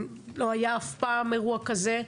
לא היה אף פעם אירוע כזה.